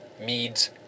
meads